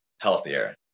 healthier